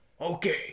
Okay